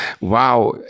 wow